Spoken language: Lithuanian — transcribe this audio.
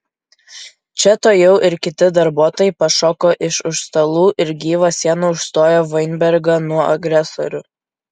čia tuojau ir kiti darbuotojai pašoko iš už stalų ir gyva siena užstojo vainbergą nuo agresorių